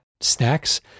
snacks